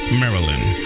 maryland